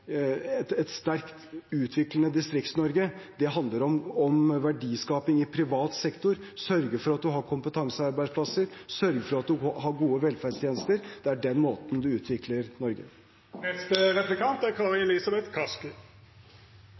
et sterkt utviklende Distrikts-Norge. Det handler om verdiskaping i privat sektor, å sørge for at man har kompetansearbeidsplasser, og sørge for at man har gode velferdstjenester. Det er på den måten man utvikler Norge. Finansministeren brukte i sitt innlegg tid på å understreke at Norge er